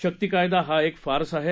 शक्ति कायदा हा एक फार्स आहे